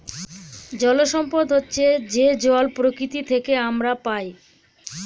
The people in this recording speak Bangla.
জল সম্পদ হচ্ছে যে জল প্রকৃতি থেকে আমরা পায়